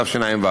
תשע"ו,